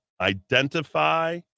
identify